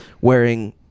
wearing –